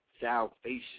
salvation